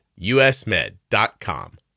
usmed.com